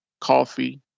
coffee